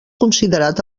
considerat